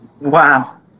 Wow